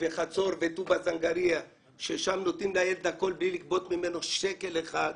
וחצור וטובה זנגריה שם נותנים להם הכול בלי לגבות שקל אחד.